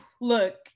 look